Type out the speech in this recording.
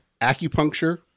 Acupuncture